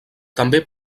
també